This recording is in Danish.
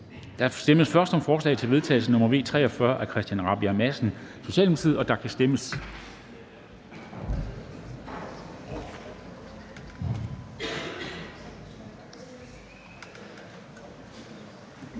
Der stemmes først om forslag til vedtagelse nr. V 43 af Christian Rabjerg Madsen (S), og der kan stemmes.